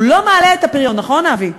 הוא לא מעלה את הפריון, נכון, אבי?